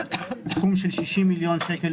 שבועות סכום של 60 מיליון שקל,